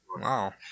Wow